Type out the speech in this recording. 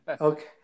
Okay